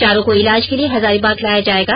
चारों को इलाज के लिए हजारीबाग लाया जायेगा